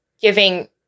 giving